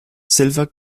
silver